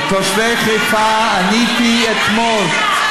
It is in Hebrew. ותושבי חיפה ידעו שאתם לא שמים עליהם,